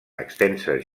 extenses